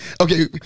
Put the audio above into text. Okay